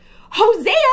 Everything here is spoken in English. Hosea